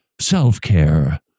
self-care